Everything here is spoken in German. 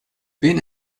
wen